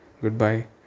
goodbye